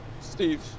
Steve